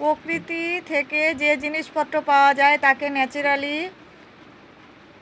প্রকৃতি থেকে যে জিনিস পত্র পাওয়া যায় তাকে ন্যাচারালি